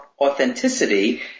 authenticity